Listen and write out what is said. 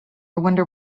wonder